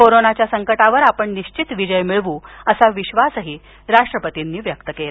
कोरोनाच्या संकटावर आपण निश्चित विजय मिळवू असा विश्वासही राष्ट्रपतींनी व्यक्त केला